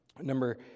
number